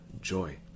joy